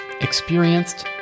experienced